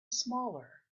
smaller